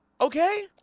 okay